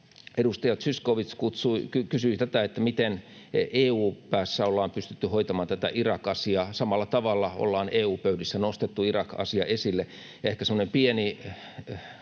Edustaja Zyskowicz kysyi, miten EU-päässä ollaan pystytty hoitamaan tätä Irak-asiaa: Samalla tavalla ollaan EU-pöydissä nostettu Irak-asia esille. Ehkä semmoinen pieni